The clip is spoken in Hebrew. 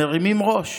מרימים ראש